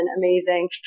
amazing